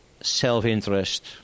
self-interest